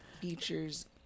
features